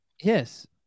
Yes